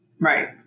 Right